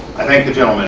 i thank the gentleman.